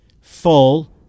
full